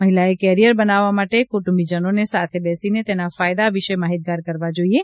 મહિલાએ કેરિયર બનાવવા માટે કુટુંબીજનોને સાથે બેસીને તેના ફાયદા વિશે માહિતગાર કરવા જોઈએ